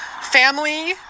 family